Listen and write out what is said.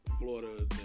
Florida